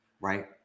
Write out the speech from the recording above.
Right